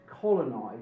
colonize